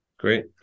Great